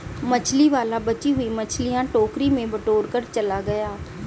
मछली वाला बची हुई मछलियां टोकरी में बटोरकर चला गया